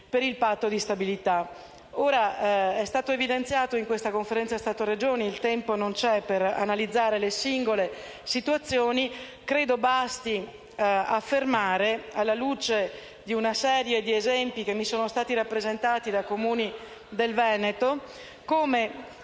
per il patto di stabilità. Ora, questo è stato evidenziato in Conferenza Stato-Regioni. Non c'è il tempo per analizzare le singole situazioni, ma credo basti affermare, alla luce di una serie di esempi che mi sono stati rappresentati da Comuni del Veneto, che